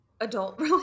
adult